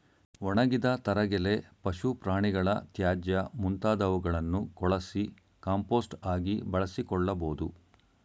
ಒಣಗಿದ ತರಗೆಲೆ, ಪಶು ಪ್ರಾಣಿಗಳ ತ್ಯಾಜ್ಯ ಮುಂತಾದವುಗಳನ್ನು ಕೊಳಸಿ ಕಾಂಪೋಸ್ಟ್ ಆಗಿ ಬಳಸಿಕೊಳ್ಳಬೋದು